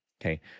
okay